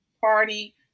party